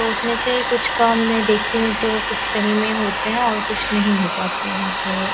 तो उसमें से कुछ का मैं देखती हूँ तो कुछ सही में होते हैं और कुछ नहीं हो पाते हैं तो